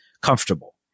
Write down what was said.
comfortable